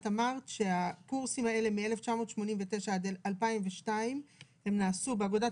את אמרת שהקורסים האלה מ-1989 עד 2002 נעשו באגודת